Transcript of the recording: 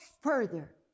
further